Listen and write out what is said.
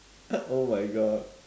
oh my god